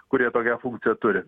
kurie tokią funkciją turi